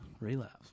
relapse